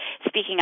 speaking